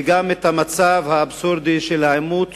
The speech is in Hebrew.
וגם את המצב האבסורדי של עימות